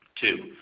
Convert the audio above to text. Two